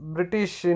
British